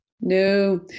No